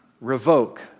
revoke